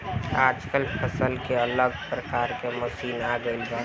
आजकल फसल के काटे खातिर अलग अलग प्रकार के मशीन आ गईल बा